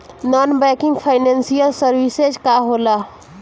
Non banking financial services का होला?